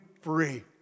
free